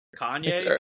kanye